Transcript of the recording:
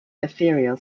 ethereal